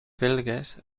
belgues